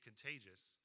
contagious